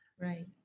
Right